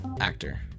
actor